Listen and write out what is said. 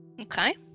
Okay